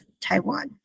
Taiwan